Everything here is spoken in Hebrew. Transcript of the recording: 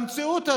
במציאות הזאת,